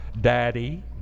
daddy